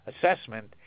assessment